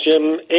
Jim